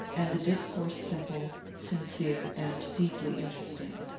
and the discourse simple, sincere, and deeply interesting.